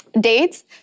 dates